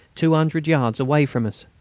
two hundred yards away from us.